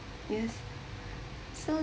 yes so